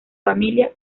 familia